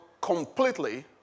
completely